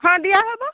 ହଁ ଦିଆହେବ